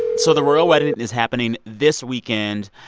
so the royal wedding is happening this weekend.